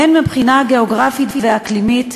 הן מבחינה גיאוגרפית ואקלימית,